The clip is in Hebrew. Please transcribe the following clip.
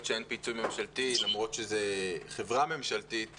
שאין פיצוי ממשלתי למרות שזו חברה ממשלתית.